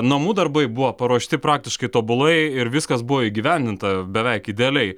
namų darbai buvo paruošti praktiškai tobulai ir viskas buvo įgyvendinta beveik idealiai